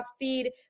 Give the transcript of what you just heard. feed